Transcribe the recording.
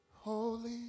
Holy